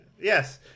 Yes